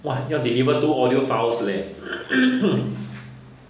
!wah! 要 deliver two audio files leh